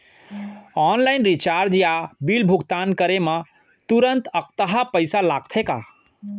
Online recharge या bill भुगतान करे मा तुरंत अक्तहा पइसा लागथे का?